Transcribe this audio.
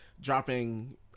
dropping